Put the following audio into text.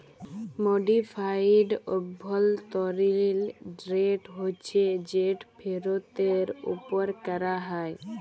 modified অভ্যলতরিল rate হছে যেট ফিরতের উপর ক্যরা হ্যয়